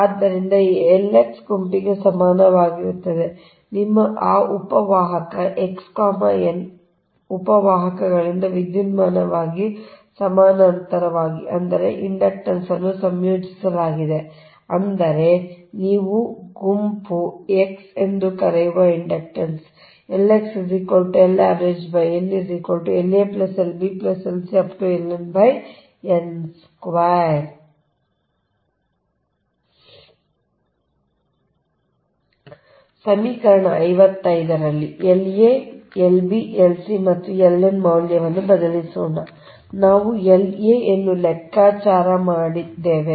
ಆದ್ದರಿಂದ ಈ L X ಗುಂಪಿಗೆ ಸಮನಾಗಿರುತ್ತದೆ ನಿಮ್ಮ ಆ ಉಪ ವಾಹಕ X n ಉಪ ವಾಹಕಗಳಿಂದ ವಿದ್ಯುನ್ಮಾನವಾಗಿ ಸಮಾನಾಂತರವಾಗಿ ಅದರ ಇಂಡಕ್ಟನ್ಸ್ ಅನ್ನು ಸಂಯೋಜಿಸಲಾಗಿದೆ ಅಂದರೆ ನೀವು ಗುಂಪು X ಎಂದು ಕರೆಯುವ ಇಂಡಕ್ಟನ್ಸ್ಸ್ ಸಮೀಕರಣ ೫೫ ರಲ್ಲಿ La Lb Lc ಮತ್ತು L n ಮೌಲ್ಯವನ್ನು ಬದಲಿಸೋಣ ನಾವು La ಅನ್ನು ಮಾತ್ರ ಲೆಕ್ಕಾಚಾರ ಮಾಡಿದ್ದೇವೆ